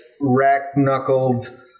rack-knuckled